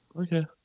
okay